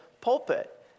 pulpit